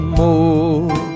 more